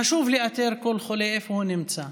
חשוב לאתר כל חולה, איפה הוא נמצא,